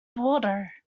water